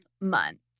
Month